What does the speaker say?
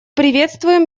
приветствуем